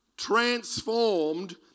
transformed